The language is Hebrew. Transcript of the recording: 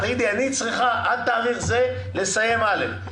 חה"כ אוסאמה סעדי בוקר טוב.